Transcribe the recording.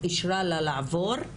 אישרה לה לעבור,